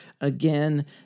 Again